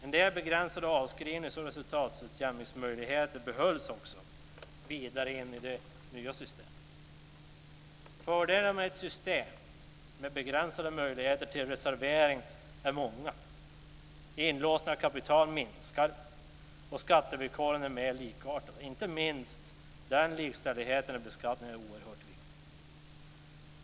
En del begränsade avskrivningsoch resultatutjämningsmöjligheter behölls också vidare in i det nya systemet. Fördelarna med ett system med begränsade möjligheter till reservering är många. Inlåsningen av kapital minskar och skattevillkoren är mer likartade. Inte minst den likställigheten i beskattningen är oerhört viktig.